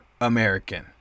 American